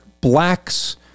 blacks